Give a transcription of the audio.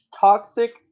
toxic